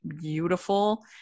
beautiful